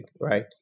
right